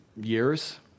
years